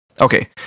Okay